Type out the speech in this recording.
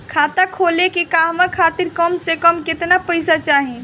खाता खोले के कहवा खातिर कम से कम केतना पइसा चाहीं?